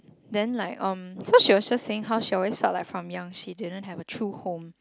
then like um so she was just saying how she always felt like from young she didn't have a true home